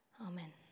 Amen